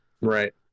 Right